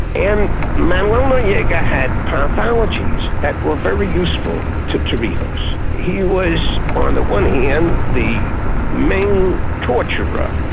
and manuel noriega had pathologies that were very useful to torrijos. he was on the one hand, the main torturer,